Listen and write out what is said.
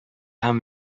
һәм